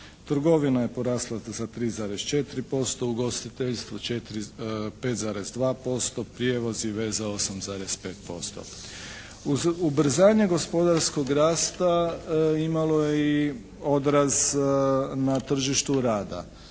Trgovina je porasla za 3,4%, ugostiteljstvo 5,2%, prijevozi, veza 8,5%. Ubrzanje gospodarskog rasta imalo je i odraz na tržištu rada.